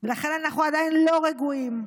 ולכן אנחנו עדיין לא רגועים,